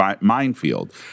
minefield